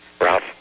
Ralph